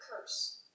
curse